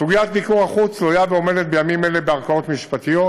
סוגיית מיקור החוץ תלויה ועומדת בימים אלה בערכאות משפטיות,